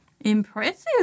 Impressive